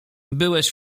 byłeś